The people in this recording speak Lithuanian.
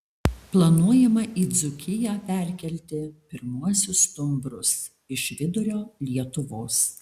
planuojama į dzūkiją perkelti pirmuosius stumbrus iš vidurio lietuvos